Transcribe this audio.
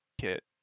kit